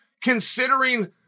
considering